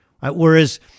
Whereas